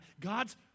God's